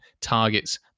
targets